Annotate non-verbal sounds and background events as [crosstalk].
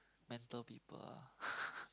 mental people ah [laughs]